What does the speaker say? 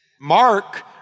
Mark